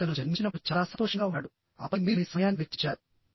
మరియు అతను జన్మించినప్పుడు చాలా సంతోషంగా ఉన్నాడు ఆపై మీరు మీ సమయాన్ని వెచ్చించారు